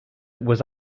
was